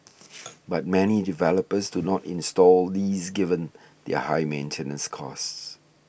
but many developers do not install these given their high maintenance costs